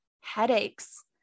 headaches